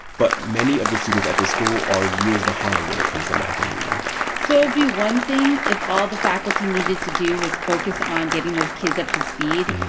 but many of the students at this school are years behind when it comes to math and reading so it'd be one thing if all the faculty needed to do was focus on getting those kids up to speed.